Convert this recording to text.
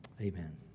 amen